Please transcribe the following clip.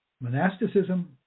Monasticism